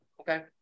Okay